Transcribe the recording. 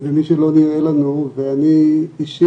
ומי שלא נראה לנו, ואני אישית,